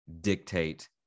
dictate